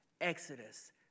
Exodus